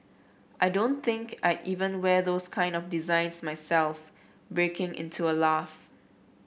I don't think I'd even wear those kinds of designs myself breaking into a laugh